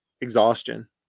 exhaustion